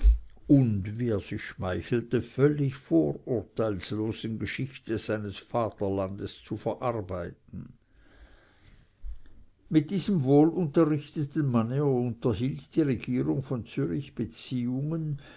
und wie er sich schmeichelte völlig vorurteilslosen geschichte seines vaterlandes zu verarbeiten mit diesem wohlunterrichteten manne unterhielt die regierung von